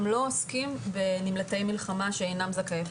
לא עוסקים בנמלטי מלחמה שאינם זכאי.